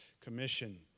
Commission